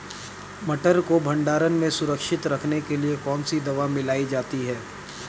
मटर को भंडारण में सुरक्षित रखने के लिए कौन सी दवा मिलाई जाती है?